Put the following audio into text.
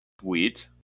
Sweet